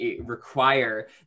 require